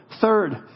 Third